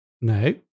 No